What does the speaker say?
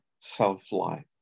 self-life